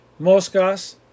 moscas